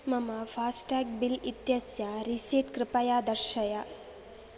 मम FASTag bill इत्यस्य receipt कृपया दर्शय